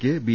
ക്ക് ബി